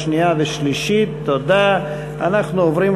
חברי